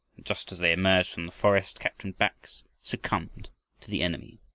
and just as they emerged from the forest captain bax succumbed to the enemy.